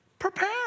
Prepare